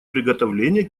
приготовления